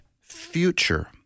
future